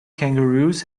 kangaroos